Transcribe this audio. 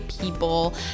people